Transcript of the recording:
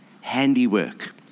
handiwork